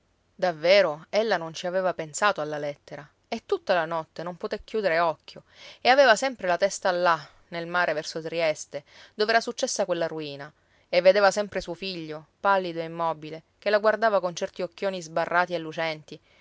lui davvero ella non ci aveva pensato alla lettera e tutta la notte non poté chiudere occhio e aveva sempre la testa là nel mare verso trieste dov'era successa quella ruina e vedeva sempre suo figlio pallido e immobile che la guardava con certi occhioni sbarrati e lucenti